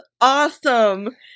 awesome